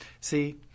See